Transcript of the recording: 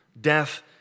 Death